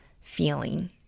feeling